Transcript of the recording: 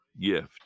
gift